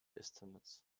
estimates